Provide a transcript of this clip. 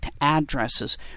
addresses